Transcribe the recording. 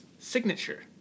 signature